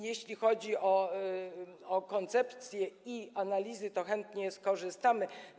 Jeśli chodzi o koncepcje i analizy, to chętnie skorzystamy.